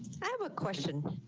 have a question.